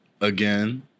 again